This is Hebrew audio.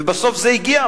ובסוף זה הגיע.